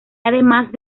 además